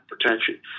protection